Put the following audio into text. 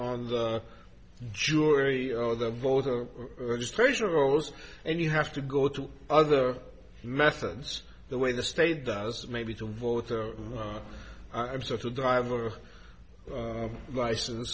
on the jury or the voter registration rolls and you have to go to other methods the way the state does maybe to vote i'm sort of driver license